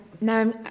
Now